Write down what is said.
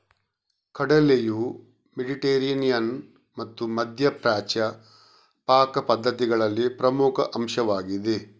ಕಡಲೆಯು ಮೆಡಿಟರೇನಿಯನ್ ಮತ್ತು ಮಧ್ಯ ಪ್ರಾಚ್ಯ ಪಾಕ ಪದ್ಧತಿಗಳಲ್ಲಿ ಪ್ರಮುಖ ಅಂಶವಾಗಿದೆ